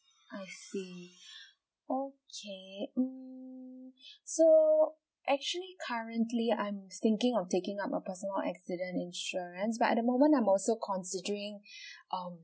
I see okay mm so actually currently I'm thinking of taking up a personal accident insurance but at the moment I'm also considering um